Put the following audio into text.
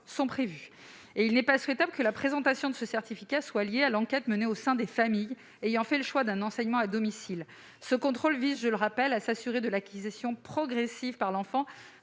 sont prévus. Il n'est pas souhaitable que la présentation de ce certificat soit liée à l'enquête menée au sein des familles ayant fait le choix d'un enseignement à domicile. Ce contrôle vise, je le rappelle, à s'assurer de l'acquisition progressive par l'enfant